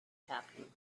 happening